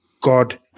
God